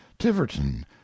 Tiverton